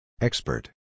Expert